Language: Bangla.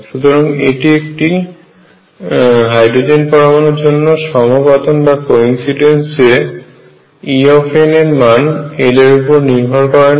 সুতরাং এটি একটি হাইড্রোজেন পরমাণুর জন্য সমাপতন যে En এর মান l এর উপর নির্ভর করে না